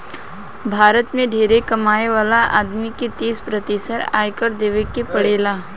भारत में ढेरे कमाए वाला आदमी के तीस प्रतिशत आयकर देवे के पड़ेला